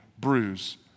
bruise